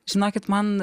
žinokit man